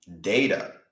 data